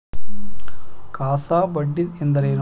CASA ಬಡ್ಡಿ ಎಂದರೇನು?